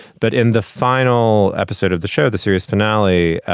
but in the final episode of the show, the series finale,